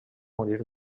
morir